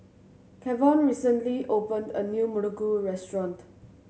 Kavon recently opened a new muruku restaurant